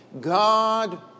God